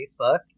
Facebook